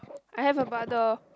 I have a brother